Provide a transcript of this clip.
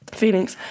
feelings